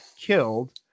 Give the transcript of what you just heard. killed